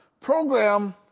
program